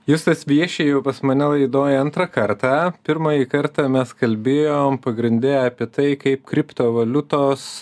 justas vieši jau pas mane laidoj antrą kartą pirmąjį kartą mes kalbėjo pagrinde apie tai kaip kriptovaliutos